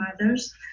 mothers